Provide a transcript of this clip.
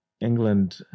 england